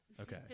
Okay